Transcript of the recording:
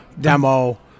demo